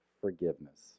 forgiveness